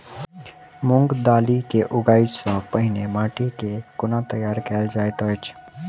मूंग दालि केँ उगबाई सँ पहिने माटि केँ कोना तैयार कैल जाइत अछि?